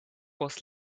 was